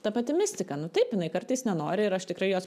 ta pati mistika nu taip jinai kartais nenori ir aš tikrai jos